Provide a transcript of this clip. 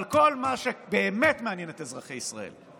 אבל כל מה שבאמת מעניין את אזרחי ישראל,